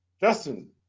Justin